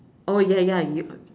oh ya ya y~